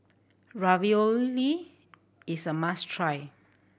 ravioli is a must try